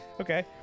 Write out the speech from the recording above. Okay